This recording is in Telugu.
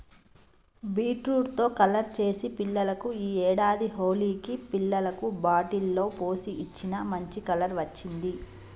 బీట్రూట్ తో కలర్ చేసి పిల్లలకు ఈ ఏడాది హోలికి పిల్లలకు బాటిల్ లో పోసి ఇచ్చిన, మంచి కలర్ వచ్చింది